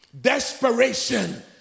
Desperation